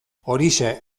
horixe